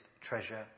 treasure